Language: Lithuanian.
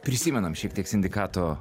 prisimenam šiek tiek sindikato